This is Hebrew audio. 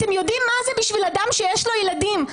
אתם יודעים מה זה בשביל אדם שיש לו ילדים,